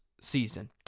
season